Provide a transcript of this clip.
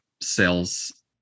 sales